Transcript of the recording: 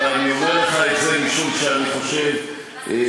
אלא אני אומר לך את זה משום שאני חושב שמה,